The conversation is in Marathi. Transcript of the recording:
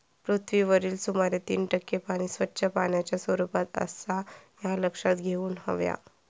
पृथ्वीवरील सुमारे तीन टक्के पाणी स्वच्छ पाण्याच्या स्वरूपात आसा ह्या लक्षात घेऊन हव्या